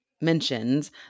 mentions